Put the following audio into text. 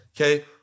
okay